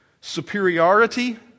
superiority